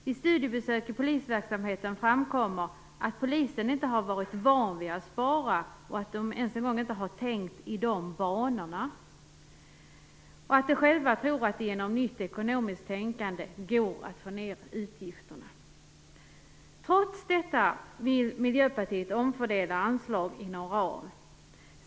Vid studiebesök inom polisverksamheten framkommer att polisen inte har varit van vid att spara, att man inte ens har tänkt i de banorna och att poliserna själva tror att det genom nytt ekonomiskt tänkande går att få ned utgifterna. Trots detta vill Miljöpartiet omfördela anslag inom ramen.